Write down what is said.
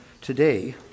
today